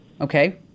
okay